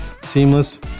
seamless